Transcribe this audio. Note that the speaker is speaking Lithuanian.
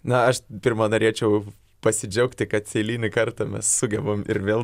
na aš pirma norėčiau pasidžiaugti kad eilinį kartą mes sugebam ir vėl